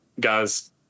guys